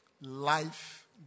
Life